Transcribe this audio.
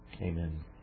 Amen